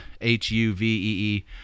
H-U-V-E-E